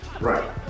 Right